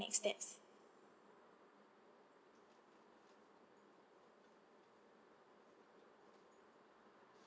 next steps